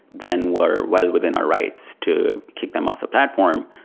then we're well within our rights to kick them off the platform.